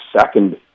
second